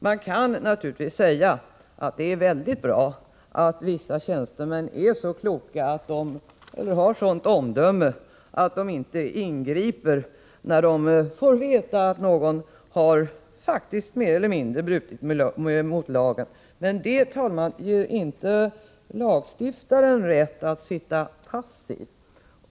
Man kan naturligtvis säga att det är väldigt bra att vissa tjänstemän har sådant omdöme att de inte ingriper, när de får veta att någon faktiskt mer eller mindre har brutit mot lagen. Men det ger inte lagstiftaren rätt att förhålla sig passiv.